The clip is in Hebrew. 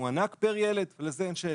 מוענק פר ילד, לזה אין שאלה.